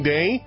Day